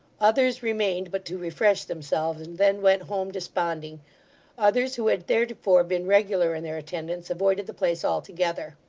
others remained but to refresh themselves, and then went home desponding others who had theretofore been regular in their attendance, avoided the place altogether.